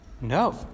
No